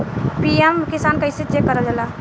PM Kisan कइसे check करल जाला?